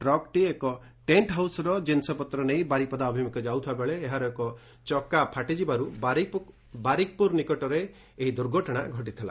ଟ୍କ୍ଟି ଏକ ଟେଣ୍ଛ୍ ହାଉସ୍ର ଜିନିଷପତ୍ର ନେଇ ବାରିପଦା ଅଭିମୁଖେ ଯାଉଥିବା ବେଳେ ଏହାର ଏକ ଚକା ଫାଟିଯିବାରୁ ବାରିକପୁର ନିକଟରେ ଅଟକି ରହିଥିଲା